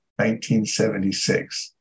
1976